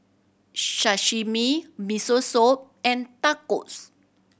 Sashimi Miso Soup and Tacos